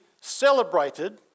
celebrated